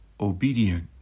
obedient